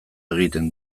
egiten